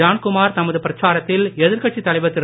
ஜான்குமார் தமது பிரச்சாரத்தில் எதிர் கட்சித் தலைவர் திரு